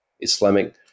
Islamic